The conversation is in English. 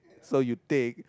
so you take